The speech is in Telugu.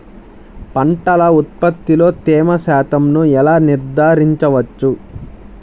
పంటల ఉత్పత్తిలో తేమ శాతంను ఎలా నిర్ధారించవచ్చు?